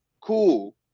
Cool